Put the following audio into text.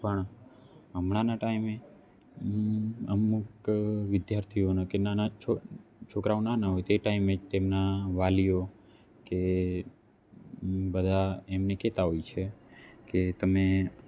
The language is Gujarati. પણ હમણાંના ટાઈમે અમુક વિદ્યાર્થીઓના કે નાના છોકરાઓના ના હોય તે ટાઈમે તેમના વાલીઓ કે બધા એમને કહેતા હોય છે કે તમે